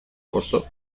corto